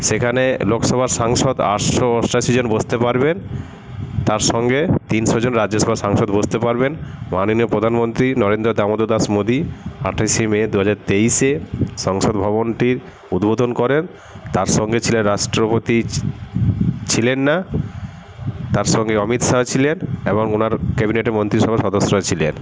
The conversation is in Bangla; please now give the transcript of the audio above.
সেখানে লোকসভার সাংসদ আটশো অষ্টআশিজন বসতে পারবেন তার সঙ্গে তিনশোজন রাজ্যসভার সাংসদ বসতে পারবেন মাননীয় প্রধানমন্ত্রী নরেন্দ্র দামোদরদাস মোদী আঠাশে মে দুহাজার তেইশে সংসদ ভবনটির উদ্বোধন করেন তার সঙ্গে ছিলেন রাষ্ট্রপতি ছিলেন না তার সঙ্গে অমিত শাহ ছিলেন এবং ওনার ক্যাবিনেটে মন্ত্রীসভার সদস্যরা ছিলেন